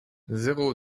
zéro